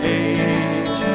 age